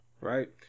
right